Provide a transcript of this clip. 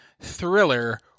thriller